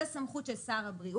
זה סמכות של שר הבריאות,